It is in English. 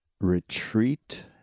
retreat